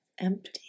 empty